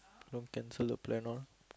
don't cancel the plan on